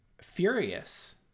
furious